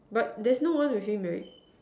but there's no one with him right